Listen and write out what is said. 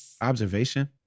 observation